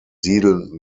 siedeln